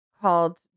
called